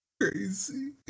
crazy